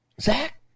Zach